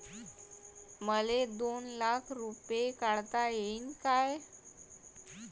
मले दोन लाख रूपे काढता येईन काय?